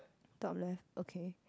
top left okay